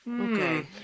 Okay